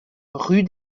rue